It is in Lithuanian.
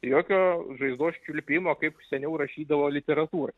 jokio žaizdos čiulpimo kaip seniau rašydavo literatūroj